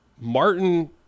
Martin